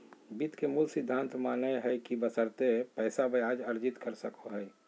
वित्त के मूल सिद्धांत मानय हइ कि बशर्ते पैसा ब्याज अर्जित कर सको हइ